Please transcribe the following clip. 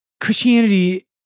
Christianity